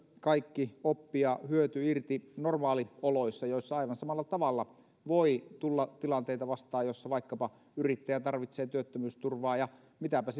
kaikki oppi ja hyöty irti myös normaalioloissa joissa aivan samalla tavalla voi tulla vastaan tilanteita joissa vaikkapa yrittäjä tarvitsee työttömyysturvaa ja mitäpä